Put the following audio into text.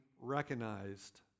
recognized